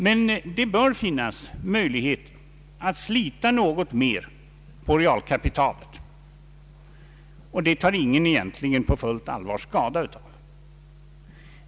Men det bör finnas möjligheter att slita något mer på realkapitalet än vi gör, och det tar ingen egentligen allvarlig skada av.